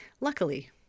Luckily